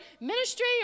ministry